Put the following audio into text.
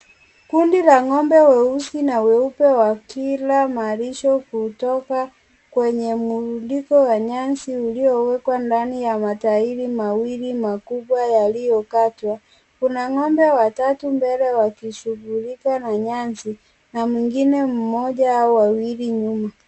Kundi la ng'ombe weusi na weupe, wakila malisho kutoka kwenye mrundiko wa nyasi, uliowekwa ndani ya matairi mawili makubwa yaliyokatwa. Kuna ng'ombe watatu, mbele wakishughulika na nyasi na mwingine mmoja au wawili nyuma.